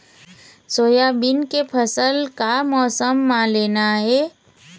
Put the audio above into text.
Soybean के फसल का मौसम म लेना ये?